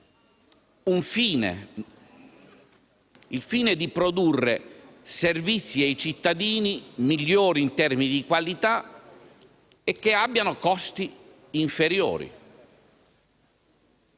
un fine, quello di produrre servizi ai cittadini, servizi migliori in termini di qualità e che abbiano costi inferiori.